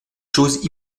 chose